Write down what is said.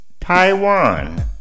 Taiwan